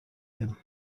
him